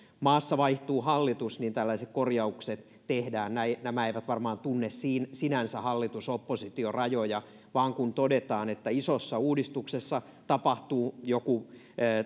maassa vaihtuu hallitus niin tällaiset korjaukset tehdään nämä eivät varmaan tunne sinänsä hallitus oppositio rajoja vaan kun todetaan että isossa uudistuksessa tapahtuu joku